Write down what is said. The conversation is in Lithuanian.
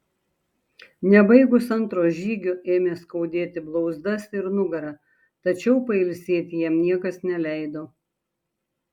nebaigus antro žygio ėmė skaudėti blauzdas ir nugarą tačiau pailsėti jam niekas neleido